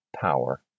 power